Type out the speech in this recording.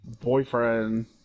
boyfriend